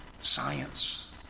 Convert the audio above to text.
science